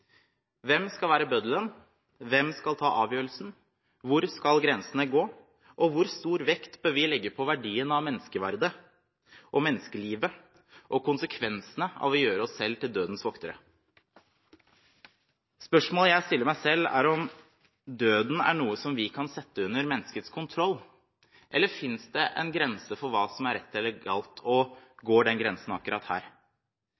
Hvem skal være bøddelen? Hvem skal ta avgjørelsen? Hvor skal grensene gå? Og hvor stor vekt bør vi legge på verdien av menneskeverdet og menneskelivet og konsekvensene av å gjøre oss selv til dødens voktere? Spørsmålet jeg stiller meg selv, er om døden er noe vi kan sette under menneskets kontroll. Eller finnes det en grense for hva som er rett eller galt, og går den grensen akkurat her?